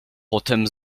potem